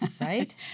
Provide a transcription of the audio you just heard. right